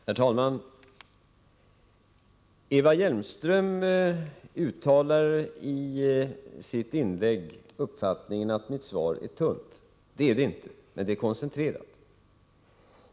Herr talman! Eva Hjelmström uttalar i sitt inlägg uppfattningen att mitt svar är tunt. Det är det inte, men det är koncentrerat.